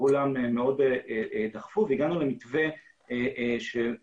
כולם מאוד דחפו והגענו למתווה שעזר